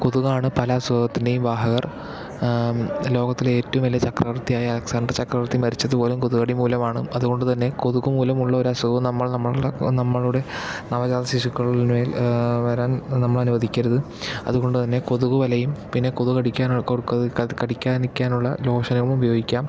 കൊതുകാണ് പല അസുഖത്തിൻ്റെയും വാഹകർ ലോകത്തിലെ ഏറ്റവും വലിയ ചക്രവർത്തിയായ അലക്സാണ്ടർ ചക്രവർത്തി മരിച്ചത് പോലും കൊതുകുകടി മൂലമാണ് അതുകൊണ്ട് തന്നെ കൊതുക് മൂലമുള്ള ഒരു അസുഖവും നമ്മൾ നമ്മളുടെ നമ്മൾ നവജാത ശിശുക്കളിൽ മേൽ വരാൻ നമ്മൾ അനുവദിക്കരുത് അതുകൊണ്ട് തന്നെ കൊതുകു വലയും പിന്നെ കൊതുക് കടിക്കാനുള്ള കൊ കൊതുക് കടിക്കാൻ നിക്കാനുള്ള ലോഷനുകളും ഉപയോഗിക്കാം